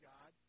God